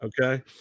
okay